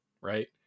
right